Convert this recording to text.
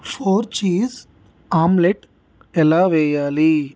four cheese omelette ఎలా వేయాలి